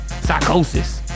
Psychosis